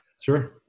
sure